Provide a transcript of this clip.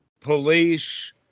police